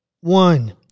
one